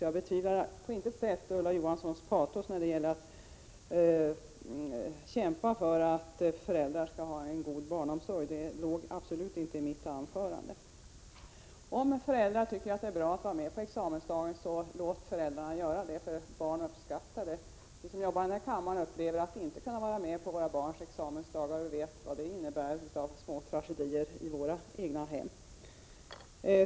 Jag betvivlar på intet sätt Ulla Johanssons patos när det gäller att kämpa för att föräldrar skall erbjudas en god barnomsorg. Det låg absolut inte i mitt anförande. Om föräldrar tycker att det är bra att vara med på examensdagen, låt då föräldrarna vara med. Barnen uppskattar det. Vi som jobbar i den här kammaren upplever att vi inte kan vara med på våra barns examensdagar och vet vad det innebär av små tragedier i våra egna hem.